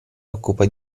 occupa